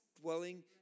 dwelling